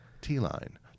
T-line